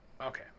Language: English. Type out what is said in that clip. okay